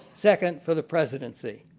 second for the presidency.